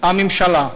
הממשלה.